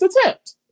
attempt